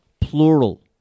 plural